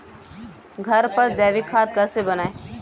घर पर जैविक खाद कैसे बनाएँ?